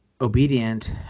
obedient